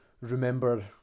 remember